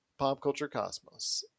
PopCultureCosmos